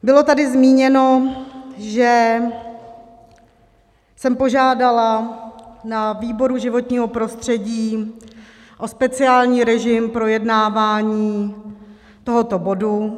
Bylo tady zmíněno, že jsem požádala na výboru životního prostředí o speciální režim projednávání tohoto bodu.